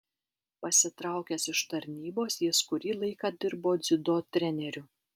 pasitraukęs iš tarnybos jis kurį laiką dirbo dziudo treneriu